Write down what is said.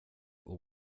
och